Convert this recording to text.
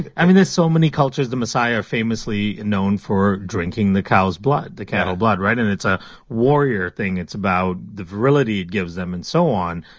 and there's so many cultures. the maasai are famously known for drinking the cow's blood, the cattle blood right? and it's a warrior thing. it's about the virility it gives them and so on.